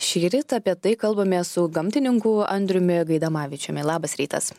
šįryt apie tai kalbamės su gamtininku andriumi gaidamavičiumi labas rytas